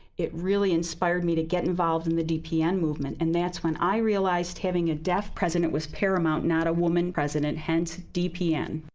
it really inspired me to get involved in the dpn movement, and that's when i realized having a deaf president was paramount, not a woman president, hence dpn.